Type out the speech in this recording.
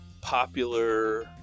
popular